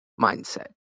mindset